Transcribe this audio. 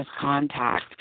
contact